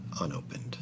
unopened